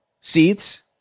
seats